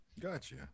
Gotcha